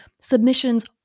submissions